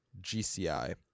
GCI